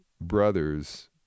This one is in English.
brother's